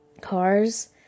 cars